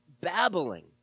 babbling